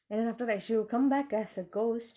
then after that she will come back as a ghost